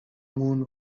moon